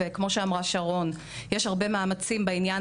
וכמו שאמרה שרון יש הרבה מאמצים בעניין